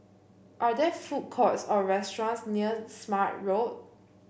are there food courts or restaurants near Smart Road